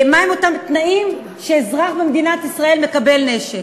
תנאים שבהם אזרח במדינת ישראל מקבל נשק.